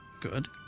Good